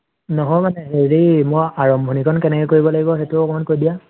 নহয় মানে হেৰি মই আৰম্ভণিকণ কেনেকৈ কৰিব লাগিব সেইটো অকণমান কৈ দিয়া